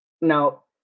now